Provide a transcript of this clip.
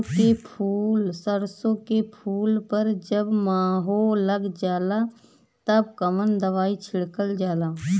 सरसो के फूल पर जब माहो लग जाला तब कवन दवाई छिड़कल जाला?